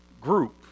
Group